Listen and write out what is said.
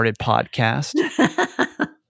podcast